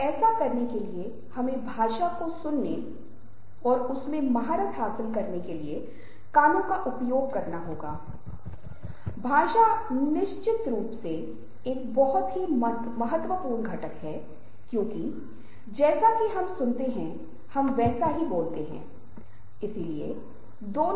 जैसा कि हम सभी जानते हैं कि संचार यह एक दो तरह की प्रक्रिया है और अगर हम कुछ सामान्य करने में सक्षम नहीं हैं यह संचार नहीं है